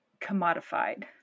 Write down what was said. commodified